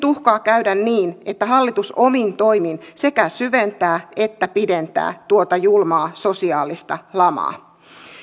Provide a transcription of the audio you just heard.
uhkaa käydä niin että hallitus omin toimin sekä syventää että pidentää tuota julmaa sosiaalista lamaa